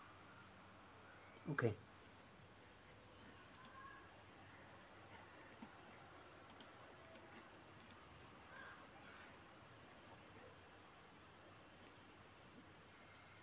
okay